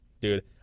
dude